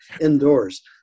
indoors